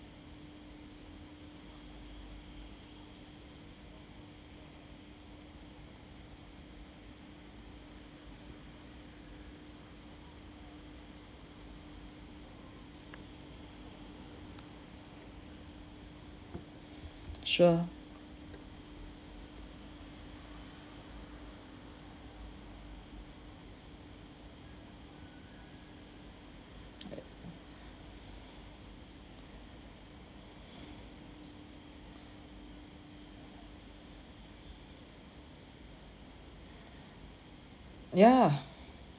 sure ya